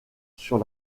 sur